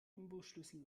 imbusschlüssel